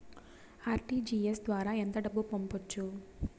RTGS ద్వారా ఎంత డబ్బు పంపొచ్చు?